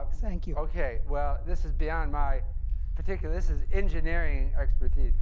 like thank you. ok. well, this is beyond my particular, this is engineering expertise,